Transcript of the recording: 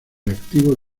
reactivo